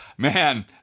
Man